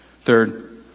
third